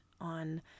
on